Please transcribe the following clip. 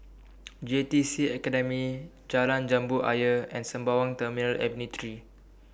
J T C Academy Jalan Jambu Ayer and Sembawang Terminal Avenue three